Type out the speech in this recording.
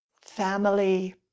family